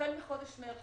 החל מחודש מרץ,